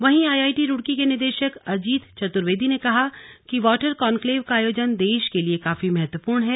वहीं आईआईटी रूड़की के निदेशक अजीत चतुर्वेदी ने कहा कि वाटर कॉन्क्लेव का आयोजन देश के लिए काफी महत्वपूर्ण हैं